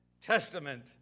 Testament